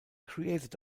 created